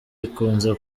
ikunze